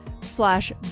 slash